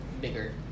bigger